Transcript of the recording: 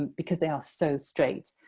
because they are so straight.